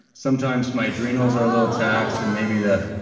sometimes my adrenals are a little taxed and maybe the